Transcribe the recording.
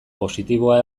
positiboa